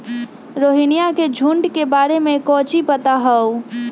रोहिनया के झुंड के बारे में कौची पता हाउ?